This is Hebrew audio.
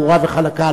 ברורה וחלקה.